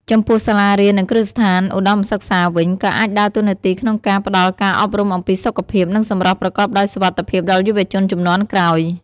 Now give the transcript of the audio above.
ចំពោះ សាលារៀន និងគ្រឹះស្ថានឧត្តមសិក្សាវិញ ក៏អាចដើរតួនាទីក្នុងការផ្តល់ការអប់រំអំពីសុខភាព និងសម្រស់ប្រកបដោយសុវត្ថិភាពដល់យុវជនជំនាន់ក្រោយ។